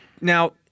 now